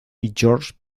george